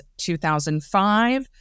2005